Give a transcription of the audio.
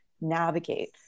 navigate